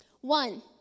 One